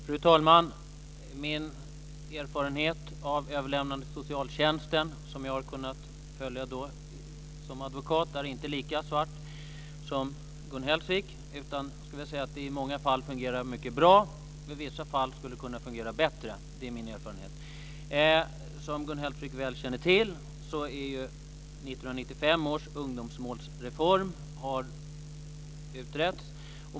Fru talman! Min erfarenhet av överlämnande till socialtjänsten - det som jag har kunnat följa som advokat - är inte lika svart som den bild Gun Hellsvik ger. I många fall fungerar det mycket bra, men i vissa fall skulle det kunna fungera bättre. Det är min erfarenhet. Som Gun Hellsvik väl känner till har 1995 års ungdomsmålsreform utretts.